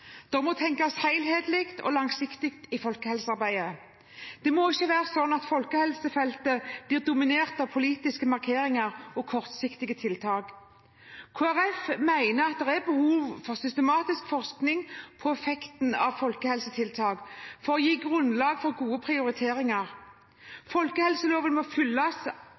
Det må tenkes helhetlig og langsiktig i folkehelsearbeidet. Det må ikke være slik at folkehelsefeltet blir dominert av politiske markeringer og kortsiktige tiltak. Kristelig Folkeparti mener det er behov for systematisk forskning på effekten av folkehelsetiltak for å gi grunnlag for gode prioriteringer. Folkehelseloven må